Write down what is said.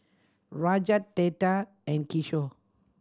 Rajat Tata and Kishore